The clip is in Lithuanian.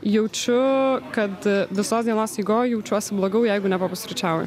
jaučiu kad visos dienos eigoj jaučiuosi blogiau jeigu nepapusryčiauju